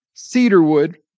Cedarwood